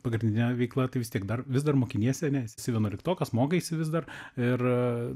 pagrindinė veikla tai vis tiek dar vis dar mokiniesi ane esi vienuoliktokas mokaisi vis dar ir